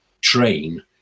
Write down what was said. train